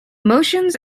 motions